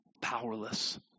Powerless